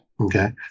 Okay